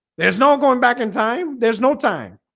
there's no going back in time there's no time